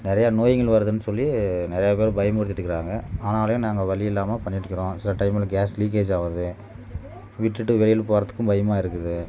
நிறையா நோய்கள் வருதுன்னு சொல்லி நிறையா பேர் பயமுறுத்திட்டு இருக்கிறாங்க அதனால் நாங்கள் வலி இல்லாமல் பண்ணிக்கிட்டு இருக்கிறோம் சில டைமு கேஸ் லீகேஜ் ஆகிறது விட்டுவிட்டு வெளியில் போகிறதுக்கும் பயமாக இருக்குது